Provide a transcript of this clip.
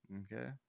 okay